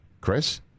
chris